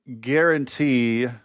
guarantee